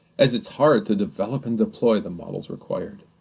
as it's hard to develop and deploy the models required.